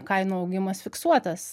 kainų augimas fiksuotas